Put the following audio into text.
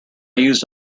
used